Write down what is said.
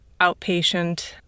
outpatient